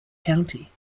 county